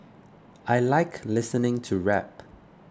I like listening to rap